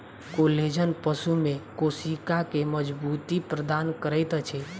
collagen पशु में कोशिका के मज़बूती प्रदान करैत अछि